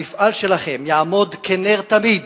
המפעל שלכם יעמוד כנר תמיד